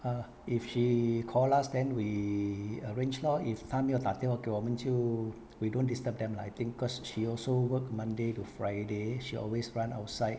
uh if she call us then we arrange lor if 她没有打电话给我们就 we don't disturb them lah I think cause she also work monday to friday she always run outside